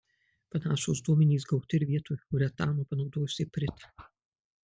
panašūs duomenys gauti ir vietoj uretano panaudojus ipritą